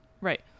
Right